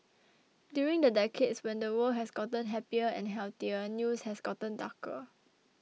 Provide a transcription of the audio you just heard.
during the decades when the world has gotten happier and healthier news has gotten darker